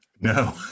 No